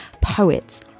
poets